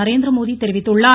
நரேந்திரமோடி தெரிவித்துள்ளார்